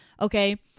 okay